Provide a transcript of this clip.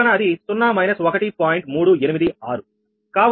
386కావున −1